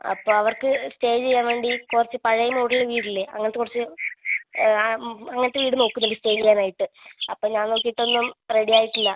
അപ്പോൾ അവർക്ക് സ്റ്റേ ചെയ്യാൻ വേണ്ടി കുറച്ച് പഴയ മോഡൽ വീട് ഇല്ലേ അങ്ങനത്തെ കുറച്ച് അങ്ങനത്തെ വീട് നോക്കുന്നുണ്ട് സ്റ്റേ ചെയ്യാൻ ആയിട്ട് അപ്പോൾ ഞാൻ നോക്കിയിട്ട് ഒന്നും റെഡി ആയിട്ടില്ല